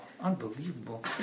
Unbelievable